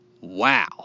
Wow